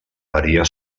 varia